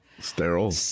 Sterile